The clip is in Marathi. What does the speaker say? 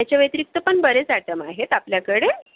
याच्या व्यतिरिक्त पण बरेच आयटम आहेत आपल्याकडे